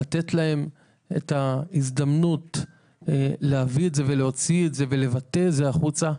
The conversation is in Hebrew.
לתת להם את ההזדמנות להביא את זה לחברה ולבטא את זה החוצה.